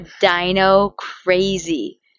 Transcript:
dino-crazy